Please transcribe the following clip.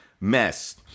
mess